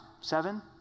Seven